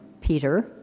Peter